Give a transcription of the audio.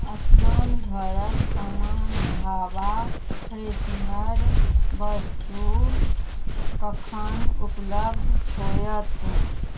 स्नानघरक सामान झाबा फ्रेशनर वस्तु कखन उपलब्ध होयत